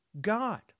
God